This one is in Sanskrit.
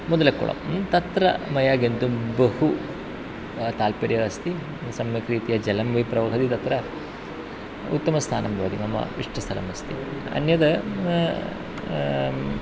मुदलक्कुळं तत्र मया गन्तुं बहु तात्पर्यम् अस्ति सम्यक्रीत्या जलमपि प्रवहति तत्र उत्तमस्थानं भवति मम इष्टस्थलम् अस्ति अन्यत्